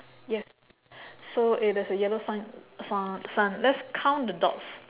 yes so it has a yellow sign sun sun let's count the dots